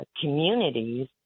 communities